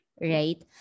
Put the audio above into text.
right